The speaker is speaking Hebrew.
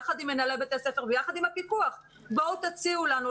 יחד עם מנהלי בתי הספר ויחד עם הפיקוח: בואו תציעו לנו,